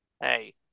Hey